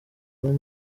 with